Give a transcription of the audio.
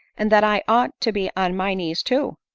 and that i ought to be on my knees too.